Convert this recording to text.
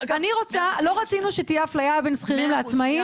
לא רצינו שתהיה אפליה בין שכירים לעצמאים,